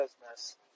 business